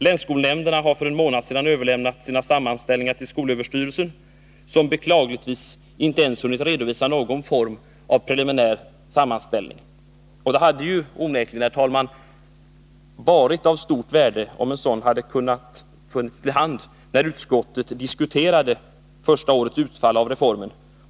Länsskolnämnderna har för en månad sedan överlämnat sina sammanställningar till skolöverstyrelsen, som beklagligtvis inte ens hunnit redovisa någon form av preliminär sammanställning. Det hade onekligen, herr talman, varit av stort värde om en sådan hade funnits till hands då utskottet diskuterade första årets utfall av reformen.